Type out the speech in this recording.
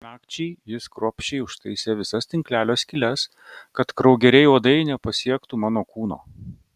nakčiai jis kruopščiai užtaisė visas tinklelio skyles kad kraugeriai uodai nepasiektų mano kūno